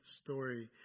story